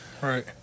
Right